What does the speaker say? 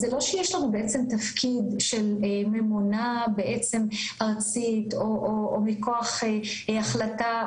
זה לא שיש לנו תפקיד של ממונה בעצם ארצית או מכוח החלטה.